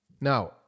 Now